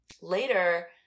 later